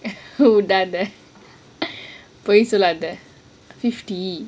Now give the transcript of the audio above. உடாத பொய் சொல்லாத:udaatha poi solathe fifty